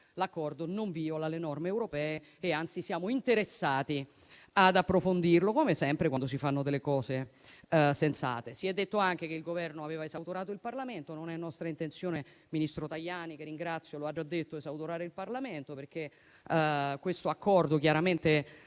l'accordo non viola le norme europee e anzi l'Europa è interessata ad approfondirlo. È ciò che accade sempre quando si fanno delle cose sensate. Si è detto anche che il Governo aveva esautorato il Parlamento. Non è nostra intenzione - il ministro Tajani, che ringrazio, lo ha già detto - esautorare il Parlamento, perché questo accordo chiaramente